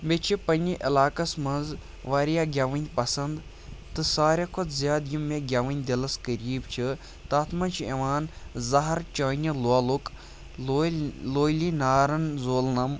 مےٚ چھِ پننہِ علاقس منٛز واریاہ گیٚوٕنۍ پسنٛد تہٕ ساروٕے کھۄتہٕ زیادٕ یِم مےٚ گیٚوٕنۍ دِلس قریٖب چھِ تَتھ منٛز چھُ یِوان زہر چٲنہِ لولُک لولۍ لولی نارَن زولنَم